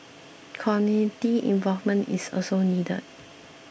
community involvement is also needed